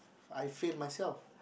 I fail myself